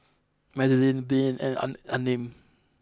Madelene Breanne and an Unnamed